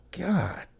God